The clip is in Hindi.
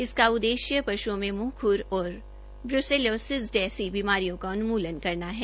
इसका उद्देश्य पशुओं में मुंह खुर और बूसे लेसिस जैसी बीमारियों का उन्मूल्न करना है